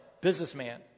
businessman